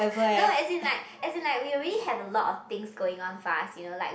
no as in like as in like we already have a lot of things going on for us you know like